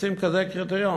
עושים כזה קריטריון.